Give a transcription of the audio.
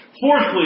Fourthly